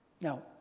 Now